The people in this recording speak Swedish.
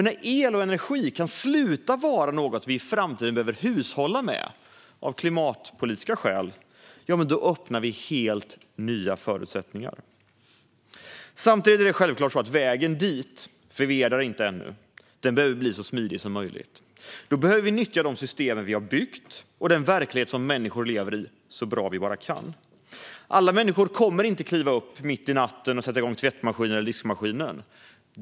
När el och energi kan sluta vara något vi i framtiden behöver hushålla med av klimatpolitiska skäl öppnar vi helt nya förutsättningar. Samtidigt är det självklart så att vägen dit - för vi är inte där ännu - behöver bli så smidig som möjligt. Då behöver vi nyttja de system vi har byggt och den verklighet som människor lever i så bra vi bara kan. Alla människor kommer inte att kliva upp mitt i natten och sätta igång tvättmaskinen eller diskmaskinen.